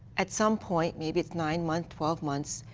at some point, maybe it's nine months. twelve months.